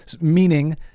meaning